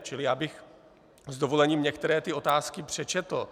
Čili já bych s dovolením některé otázky přečetl.